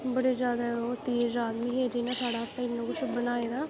ते बड़े ज्यादा ओह् तेज आदमी हे जि'नें साढ़े आस्तै इन्ना किश बनाए दा ऐ